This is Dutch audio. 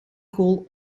goal